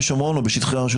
בוקר טוב.